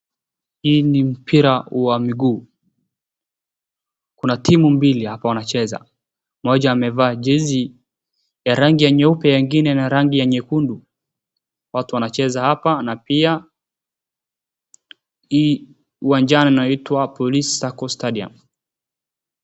Hii ni mpira wa mguu, kuna timu mbili hapo wanacheza mmoja anavaa jezi ya rangi ya nyeupe na ingne ya rangi ya nyekundu .Watu wanacheza hapa na pia na huu uwajani unaitwa Police Circle Stadium.